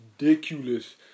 ridiculous